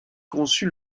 conçu